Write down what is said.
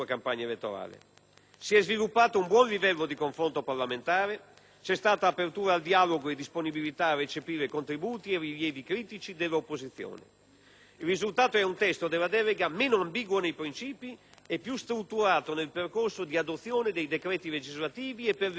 Si è sviluppato un buon livello di confronto parlamentare, c'è stata apertura al dialogo e disponibilità a recepire contributi e rilievi critici dell'opposizione. Il risultato è un testo della delega meno ambiguo nei principi e più strutturato nel percorso di adozione dei decreti legislativi e per l'entrata a regime.